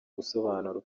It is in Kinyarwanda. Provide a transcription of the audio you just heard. gusobanurwa